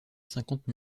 cinquante